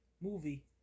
Movie